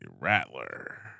Rattler